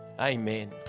Amen